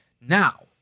Now